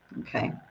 Okay